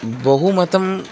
बहुमतम्